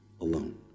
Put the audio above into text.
alone